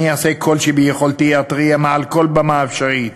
אני אעשה כל שביכולתי, אתריע מעל כל במה אפשרית